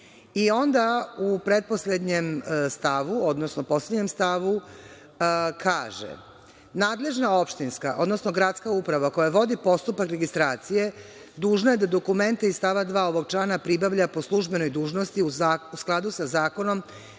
Onda u pretposlednjem stavu, odnosno poslednjem stavu kaže – nadležna opštinska, odnosno gradska uprava koja vodi postupak registracije dužna je da dokumenta iz stava 2. ovog člana pribavlja po službenoj dužnosti u skladu sa zakonom